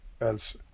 else